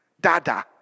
dada